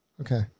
Okay